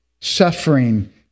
suffering